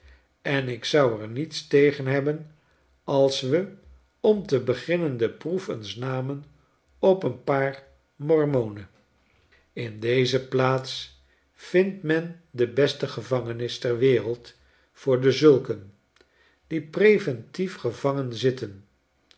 en ik zou er niets tegen hebben als we om te beginnen de proef eens namen op een paar mormonen in doze plaats vindt men de beste gevangenis ter wereld voor dezulken die preventief gevangen zitten